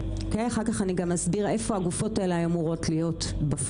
אחר כך אני גם אסביר איפה הגופות האלה אמורות להיות בפועל